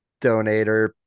donator